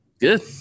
Good